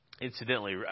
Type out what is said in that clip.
Incidentally